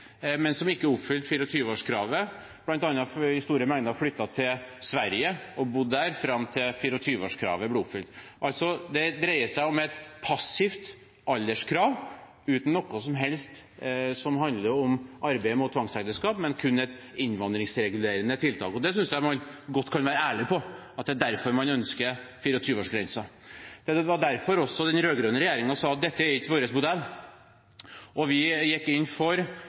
men som ikke oppfylte 24-årskravet, bl.a., og som i stort antall flyttet til Sverige og bodde der fram til 24-årskravet ble oppfylt. Det dreier seg altså om et passivt alderskrav uten noe som helst som handler om arbeid mot tvangsekteskap, det er kun et innvandringsregulerende tiltak. Jeg synes man godt kan være ærlig om at det er derfor man ønsker 24-årsgrensen. Det var også derfor den rød-grønne regjeringen sa at dette ikke var dens modell. Vi gikk inn for